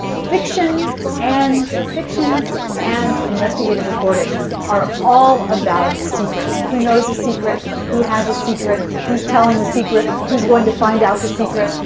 fiction and fiction and investigative reporting are all about secrets. who knows a secret? who has a secret? who's telling the secret. who's going to find out the secret?